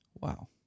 Wow